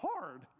hard